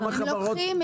לוקחים.